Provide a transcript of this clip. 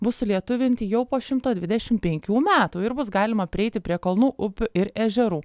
bus sulietuvinti jau po šimto dvidešimt penkių metų ir bus galima prieiti prie kalnų upių ir ežerų